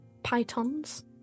Pythons